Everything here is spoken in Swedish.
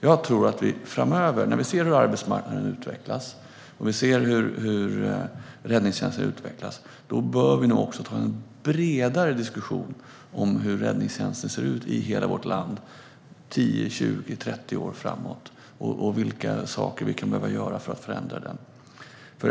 Jag tror att vi framöver, när vi ser hur arbetsmarknaden och räddningstjänsten utvecklas, bör ta en bredare diskussion om hur räddningstjänsten ser ut i hela vårt land 10, 20 eller 30 år framåt och om vilka saker vi kan behöva göra för att förändra den.